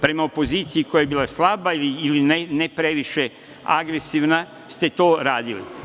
Prema opoziciji koja je bila slaba ili ne previše agresivna ste to radili.